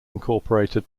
incorporated